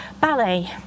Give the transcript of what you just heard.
ballet